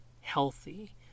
healthy